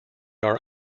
are